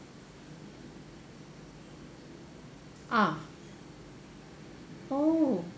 ah oh